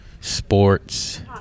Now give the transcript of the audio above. sports